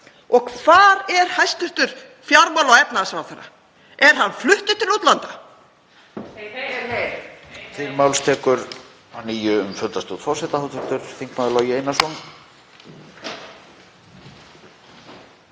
Og hvar er hæstv. fjármála- og efnahagsráðherra? Er hann fluttur til útlanda?